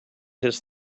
his